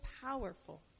powerful